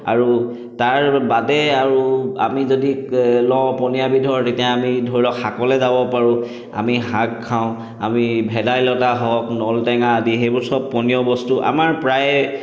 আৰু তাৰ বাদে আৰু আমি যদি লওঁ পনীয়া বিধৰ তেতিয়া আমি ধৰি লওক আমি শাকলৈ যাব পাৰোঁ আমি শাক খাওঁ আমি ভেদাইলতা হওক আমি নলটেঙা আদি এইবোৰ চব পনীয় বস্তু আমাৰ প্ৰায়ে